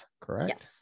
correct